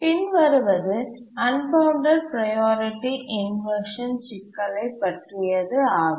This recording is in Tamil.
பின்வருவது அன்பவுண்டட் ப்ரையாரிட்டி இன்வர்ஷன் சிக்கலைப் பற்றியது ஆகும்